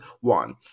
one